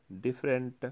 different